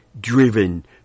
driven